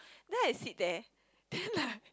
then I sit there then like